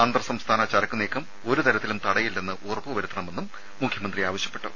അന്തർസംസ്ഥാന ചരക്കുനീക്കം ഒരു തരത്തിലും തടയില്ലെന്ന് ഉറപ്പുവരുത്തണമെന്നും മുഖ്യമന്ത്രി ആവശ്യപ്പെട്ടു